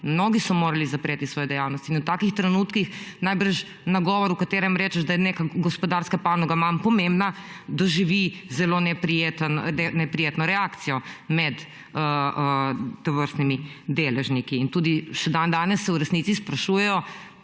Mnogi so morali zapreti svoje dejavnosti in v takih trenutkih najbrž nagovor, v katerem rečeš, da je neka gospodarska panoga manj pomembna, doživi zelo neprijetno reakcijo med tovrstnimi deležniki. Še dandanes se v resnici sprašujejo,